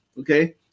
Okay